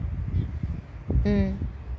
mm